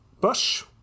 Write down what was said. Bush